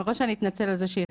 אני אתנצל מראש על זה שאיחרתי,